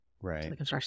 Right